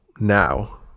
now